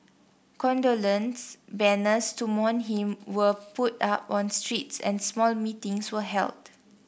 condolence banners to mourn him were put up on streets and small meetings were held